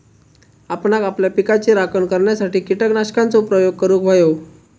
आपणांक आपल्या पिकाची राखण करण्यासाठी कीटकनाशकांचो प्रयोग करूंक व्हयो